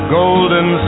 golden